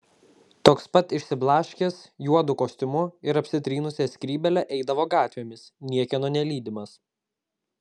toks pat išsiblaškęs juodu kostiumu ir apsitrynusia skrybėle eidavo gatvėmis niekieno nelydimas